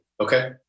Okay